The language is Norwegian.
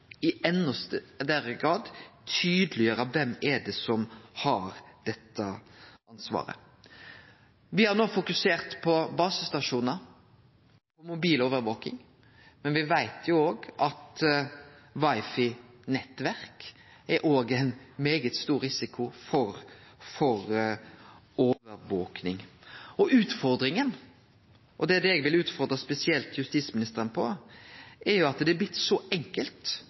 tydeleggjere kven det er som har dette ansvaret. Me har no fokusert på basestasjonar og mobilovervaking, men me veit at når det gjeld WiFi-nettverk, er det òg ein veldig stor risiko for overvaking. Det som eg spesielt vil utfordre justisministeren på, er at det er blitt så enkelt,